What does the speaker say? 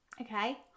Okay